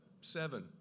Seven